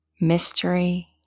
mystery